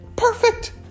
Perfect